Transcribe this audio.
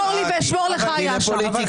שמור לי ואשמור לך היה שם.